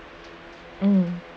mm